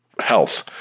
health